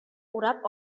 урап